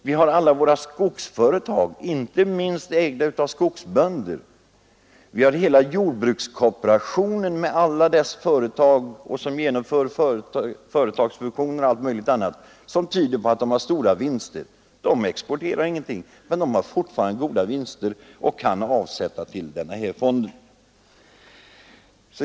Vi har våra skogsföretag, inte minst de som ägs av skogsbönder, vi har hela jordbrukskooperationen, med alla dess företag, som genomför fusioner och annat som tyder på att de gör stora vinster. De exporterar ingenting, men de har ändå goda vinster och kan göra avsättningar till arbetsmiljöfonden.